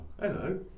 hello